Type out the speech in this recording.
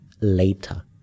later